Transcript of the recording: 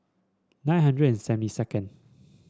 nine hundred and seventy second